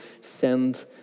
send